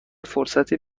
فرصتی